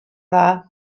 dda